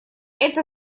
это